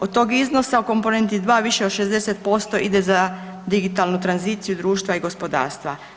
Od toga iznosa o komponenti dva više od 60% ide za digitalnu tranziciju društva i gospodarstva.